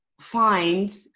find